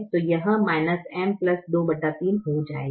तो यह 3M 23 हो जाएगा